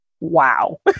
wow